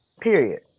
Period